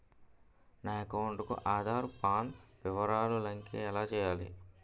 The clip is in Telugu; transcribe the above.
నా అకౌంట్ కు ఆధార్, పాన్ వివరాలు లంకె ఎలా చేయాలి?